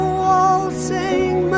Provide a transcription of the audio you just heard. waltzing